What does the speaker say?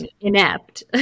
inept